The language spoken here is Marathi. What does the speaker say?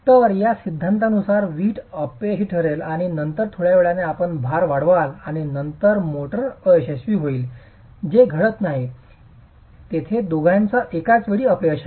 तर या सिद्धांतानुसार वीट अपयशी ठरेल आणि नंतर थोड्या वेळाने आपण भार वाढवाल आणि नंतर मोर्टार अयशस्वी होईल जे घडत नाही तेथे दोघांचे एकाचवेळी अपयश आहे